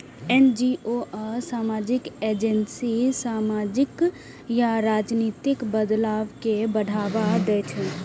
NGO आ सामाजिक agency सामाजिक या राजनीतिक बदलाव कें बढ़ावा दै छै